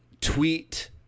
tweet